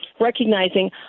recognizing